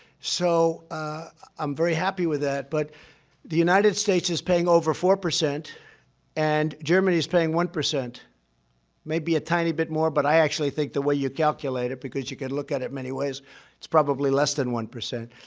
so i'm very happy with that, but the united states is paying over four percent and germany is paying one percent maybe a tiny bit more, but i actually think, the way you calculate it because you can look at it many ways is probably less than one percent.